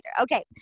Okay